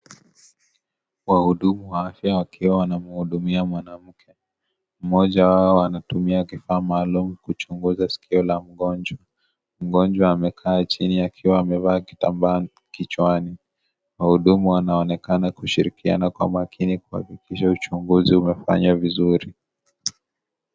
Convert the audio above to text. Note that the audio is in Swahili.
Wahudumu wa afya wakiwa wanamhudumia mwanamke. Mmoja wao anatumia kifaa maalum kuchunguza sikio la mgonjwa. Mgonjwa amekaa chini akiwa amevaa kitambaa kichwani. Wahudumu wanaonekana kushirikiana kwa makini kuhakikisha uchunguzi umefanywa vizuri.